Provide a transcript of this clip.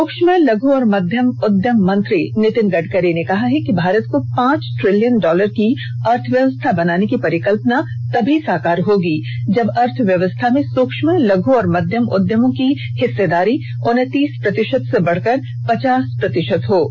सुक्ष्म लघु और मध्यम उद्यम मंत्री नितिन गडकरी ने कहा है कि भारत को पांच ट्रिलियन डॉलर की अर्थव्यवस्था बनाने की परिकल्पना तभी साकार होगी जब अर्थव्यवस्था में सूक्ष्म लघु और मध्यम उद्यमों की हिस्सेदारी उन्तीस प्रतिशत से बढ़कर पचास प्रतिशत हो जायेगी